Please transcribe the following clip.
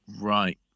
Right